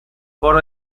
por